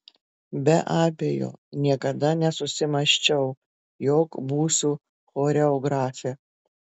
be abejo niekada nesusimąsčiau jog būsiu choreografė